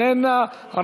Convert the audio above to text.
אינה נוכחת,